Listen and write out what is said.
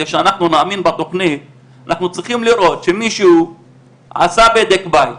כדי שאנחנו נאמין בתוכנית אנחנו צריכים לראות שמישהו עשה בדק בית,